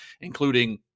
including